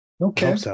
Okay